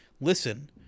listen